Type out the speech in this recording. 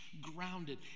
grounded